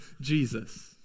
Jesus